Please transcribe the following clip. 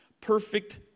Perfect